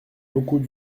beaucoup